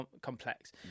complex